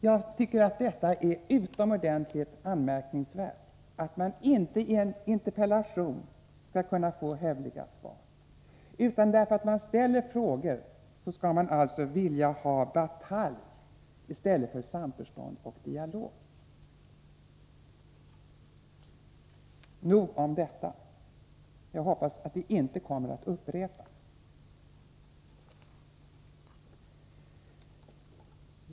Jag tycker att det är utomordentligt anmärkningsvärt att man i en interpellationsdebatt inte skall kunna få hövliga svar, utan om man ställer frågor heter det att man vill ha batalj i stället för samförstånd och dialog. Nog om detta. Jag hoppas att det inte kommer att upprepas.